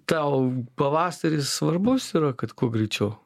tau pavasaris svarbus yra kad kuo greičiau